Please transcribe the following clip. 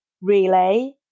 relay